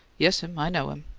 yes'm i know him.